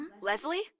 Leslie